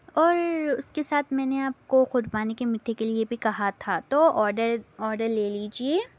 اورر اس کے ساتھ میں نے آپ کو خربانی کی مٹی کے لئے بھی کہا تھا تو آرڈر آرڈر لے لیجئے